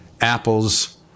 Apple's